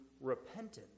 repentance